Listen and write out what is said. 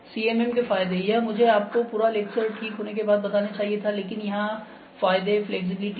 तो CMM के फायदे यह मुझे आपको पूरा लेक्चर ठीक होने के बाद बताना चाहिए था लेकिन यहां फायदे फ्लेक्सिबिलिटी हैं